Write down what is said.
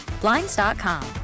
Blinds.com